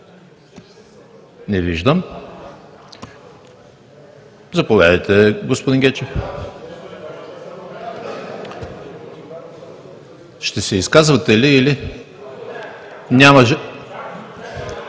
Не виждам. Заповядайте, господин Гечев. Ще се изказвате или?